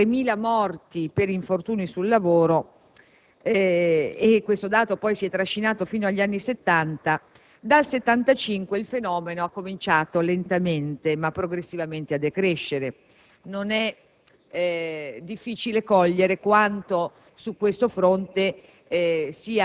nella prima metà degli anni Cinquanta, si registravano ogni anno oltre 3.000 morti per infortuni sul lavoro. Questo dato si è poi trascinato fino agli Settanta, mentre dal 1975 il fenomeno ha cominciato lentamente, ma progressivamente a decrescere. Non è